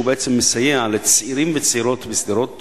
שבעצם מסייע לצעירים וצעירות בשדרות